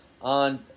On